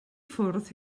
ffwrdd